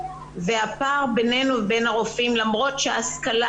והפער בינינו לבין הרופאים למרות שההשכלה